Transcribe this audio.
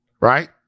right